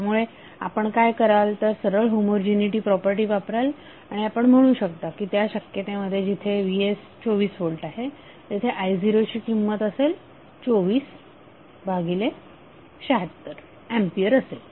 त्यामुळे आपण काय कराल तर सरळ होमोजिनीटी प्रॉपर्टी वापराल आणि आपण म्हणू शकता की त्या शक्यते मध्ये जिथे vs24V आहे तिथे I0 ची किंमत 2476 A असेल